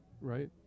right